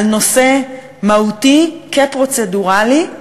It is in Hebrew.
על נושא מהותי כפרוצדורלי,